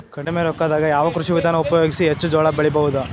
ಕಡಿಮಿ ರೊಕ್ಕದಾಗ ಯಾವ ಕೃಷಿ ವಿಧಾನ ಉಪಯೋಗಿಸಿ ಹೆಚ್ಚ ಜೋಳ ಬೆಳಿ ಬಹುದ?